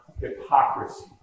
hypocrisy